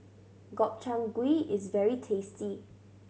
Gobchang Gui is very tasty